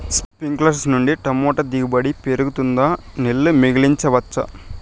స్ప్రింక్లర్లు నుండి టమోటా దిగుబడి పెరుగుతుందా? నీళ్లు మిగిలించవచ్చా?